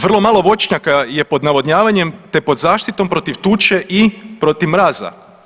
Vrlo malo voćnjaka je pod navodnjavanjem, te pod zaštitom protiv tuče i protiv mraza.